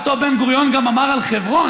אותו בן-גוריון גם אמר על חברון,